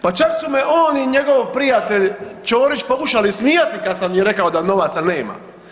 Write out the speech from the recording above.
Pa čak su me on i njegov prijatelj Ćorić pokušali ismijati kad sam im rekao da novaca nema.